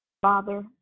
Father